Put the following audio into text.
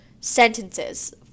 sentences